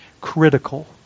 critical